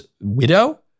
widow